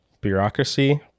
bureaucracy